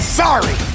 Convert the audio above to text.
sorry